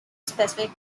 specific